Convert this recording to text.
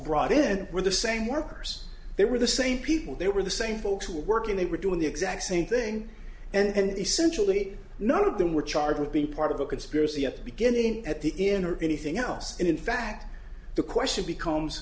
were the same workers they were the same people they were the same folks who were working they were doing the exact same thing and essentially none of them were charged with be part of a conspiracy at the beginning at the inn or anything else and in fact the question becomes